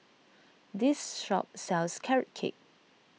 this shop sells Carrot Cake